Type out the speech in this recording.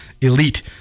elite